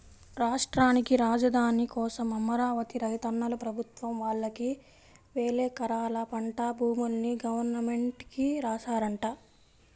రాష్ట్రానికి రాజధాని కోసం అమరావతి రైతన్నలు ప్రభుత్వం వాళ్ళకి వేలెకరాల పంట భూముల్ని గవర్నమెంట్ కి రాశారంట